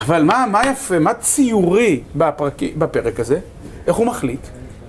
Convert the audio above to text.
אבל מה יפה, מה ציורי בפרק הזה? איך הוא מחליט?